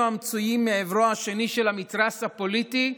אחינו המצויים מעברו השני של המתרס הפוליטי,